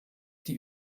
die